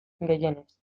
gehienez